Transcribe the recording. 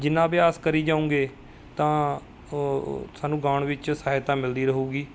ਜਿੰਨਾ ਅਭਿਆਸ ਕਰੀ ਜਾਊਗੇ ਤਾਂ ਸਾਨੂੰ ਗਾਉਣ ਵਿੱਚ ਸਹਾਇਤਾ ਮਿਲਦੀ ਰਹੂਗੀ